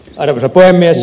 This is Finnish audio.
arvoisa puhemies